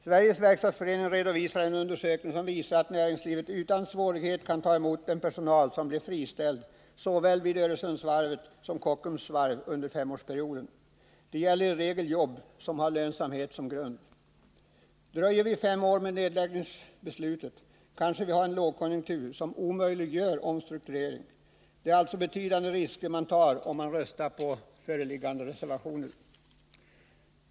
Sveriges verkstadsförening visar i en undersökning att näringslivet utan svårighet kan ta emot den personal som under femårsperioden blir friställd såväl vid Öresundsvarvet som vid Kockumsvarvet. Det gäller i regel arbeten som har lönsamhet som grund. Väntar vi fem år med nedläggningsbeslutet, har vi kanske en lågkonjunktur som omöjliggör en omstrukturering. Man tar alltså betydande risker, om man röstar på reservationerna.